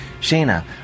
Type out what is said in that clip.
Shana